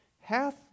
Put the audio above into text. hath